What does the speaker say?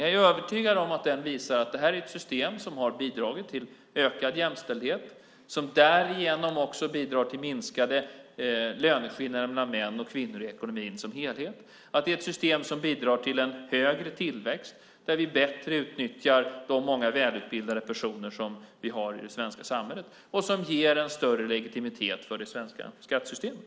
Jag är övertygad om att den visar att det här är ett system som har bidragit till ökad jämställdhet, som därigenom också bidrar till minskade löneskillnader mellan män och kvinnor i ekonomin som helhet, att det är ett system som bidrar till en högre tillväxt, där vi bättre utnyttjar de många välutbildade personer som vi har i det svenska samhället och som ger en större legitimitet för det svenska skattesystemet.